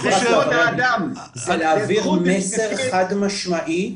זה להעביר מסר חד משמעי,